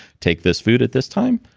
take this food at this time.